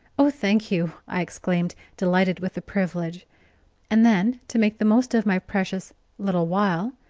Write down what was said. oh, thank you, i exclaimed, delighted with the privilege and then, to make the most of my precious little while,